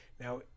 Now